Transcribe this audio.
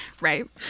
Right